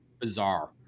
bizarre